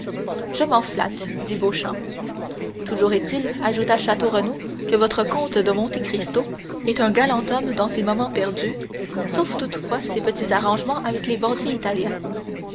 je m'en flatte dit beauchamp toujours est-il ajouta château renaud que votre comte de monte cristo est un galant homme dans ses moments perdus sauf toutefois ses petits arrangements avec les bandits italiens